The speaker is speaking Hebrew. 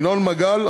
ינון מגל,